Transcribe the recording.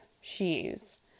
shoes